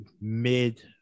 mid